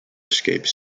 escape